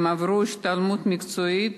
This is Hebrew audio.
הם עברו השתלמות מקצועית.